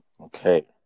Okay